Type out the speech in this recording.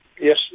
Yes